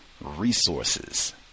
resources